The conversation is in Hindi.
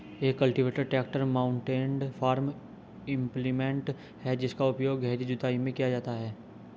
एक cultivator tractor mounted farm implement है जिसका उपयोग गहरी जुताई में किया जाता है